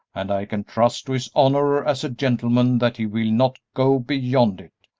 and i can trust to his honor as a gentleman that he will not go beyond it.